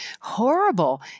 horrible